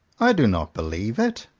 i do not believe it!